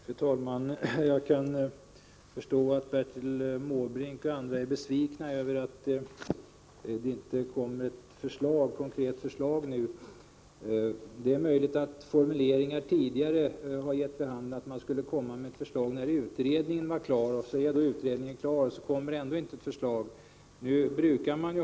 Fru talman! Jag kan förstå att Bertil Måbrink och andra är besvikna över att det inte kommer ett konkret förslag nu. Det är möjligt att formuleringar tidigare gett vid handen att man kunde vänta ett förslag när utredningen var klar. Nu är den klar, och det kommer ändå inget förslag.